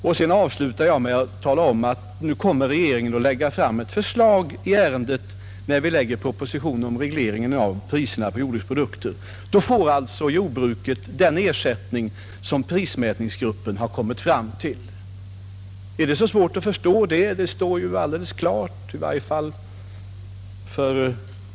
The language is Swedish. Jag slutade med att tala om att regeringen kommer att lägga fram ett förslag i ärendet i samband med propositionen om regleringen av priserna på jordbrukets produkter. Då får jordbrukarna den ersättning som prismätningsgruppen har kommit fram till. Är det så svårt att förstå? Saken är ju alldeles klar.